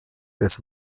des